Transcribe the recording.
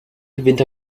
gewinnt